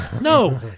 No